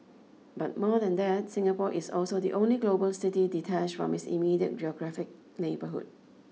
but more than that Singapore is also the only global city detached from its immediate geographic neighbourhood